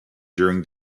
during